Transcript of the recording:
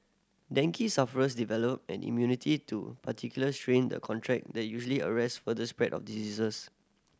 dengue sufferers develop an immunity to particular strain the contract that usually arrests further spread of diseases